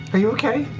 are you okay?